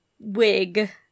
wig